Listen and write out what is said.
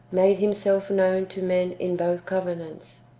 made himself known to men in both covenants.